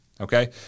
okay